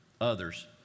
others